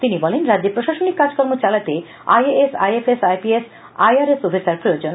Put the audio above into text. তিনি বলেন রাজ্যে প্রশাসনিক কাজকর্ম চালাতে I A S I F S I P S I R S officer প্রয়োজন